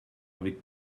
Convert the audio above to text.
avec